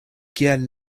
kiel